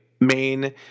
main